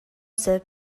сөп